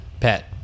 Pet